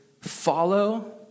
follow